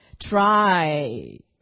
try